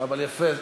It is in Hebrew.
אבל יפה,